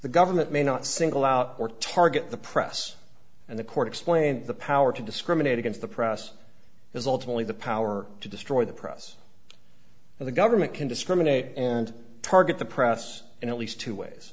the government may not single out or target the press and the court explained the power to discriminate against the press is ultimately the power to destroy the press and the government can discriminate and target the press in at least two ways